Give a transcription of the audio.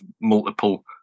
multiple